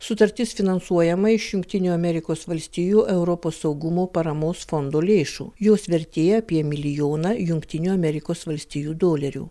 sutartis finansuojama iš jungtinių amerikos valstijų europos saugumo paramos fondo lėšų jos vertė apie milijoną jungtinių amerikos valstijų dolerių